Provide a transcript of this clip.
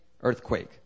earthquake